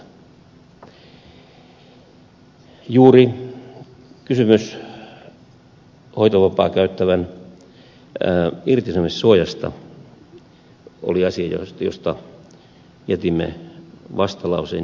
juuri kysymys hoitovapaata käyttävän irtisanomissuojasta oli asia josta jätimme vastalauseen